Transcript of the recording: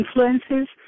influences